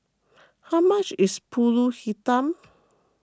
how much is Pulut Hitam